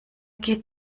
geht